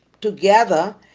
together